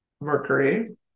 mercury